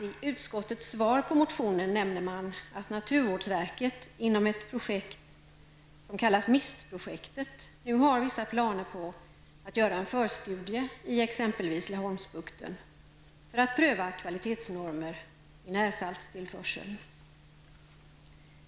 I utskottets svar på motionen nämner man att naturvårdsverket inom det projekt som kallas mistprojektet nu har vissa planer på att göra en förstudie i exempelvis Laholmsbukten för att pröva kvalitetsnormer i närsaltstillförseln.